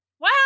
Wow